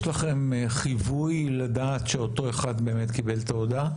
יש לכם חיווי לדעת שאותו אחד באמת קיבל את ההודעה?